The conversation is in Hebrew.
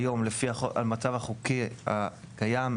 כיום לפי המצב החוקי הקיים,